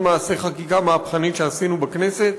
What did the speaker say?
עוד מעשה חקיקה מהפכנית שעשינו בכנסת,